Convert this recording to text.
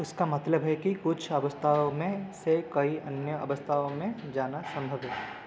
इसका मतलब है कि कुछ अवस्थाओं में से कई अन्य अवस्थाओं में जाना संभव हैं